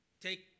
take